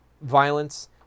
violence